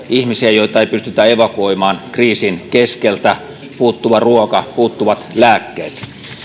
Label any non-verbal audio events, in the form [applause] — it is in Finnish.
[unintelligible] ihmisiä joita ei pystytä evakuoimaan kriisin keskeltä puuttuva ruoka puuttuvat lääkkeet